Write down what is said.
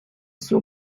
suo